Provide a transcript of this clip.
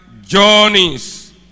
journeys